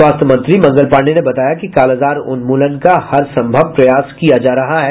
स्वास्थ्य मंत्री मंगल पाण्डेय ने बताया कि कालाजार उन्मूलन का हर संभव प्रयास किया जा रहा है